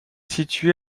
située